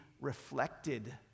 reflected